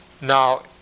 Now